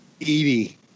Edie